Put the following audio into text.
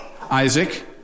Isaac